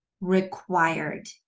required